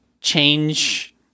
change